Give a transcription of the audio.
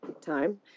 time